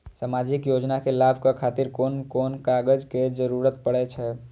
सामाजिक योजना के लाभक खातिर कोन कोन कागज के जरुरत परै छै?